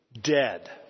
dead